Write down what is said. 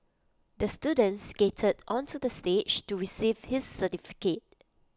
the student skated onto the stage to receive his certificate